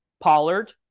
Pollard